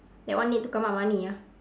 that one need to come up money ah